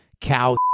cow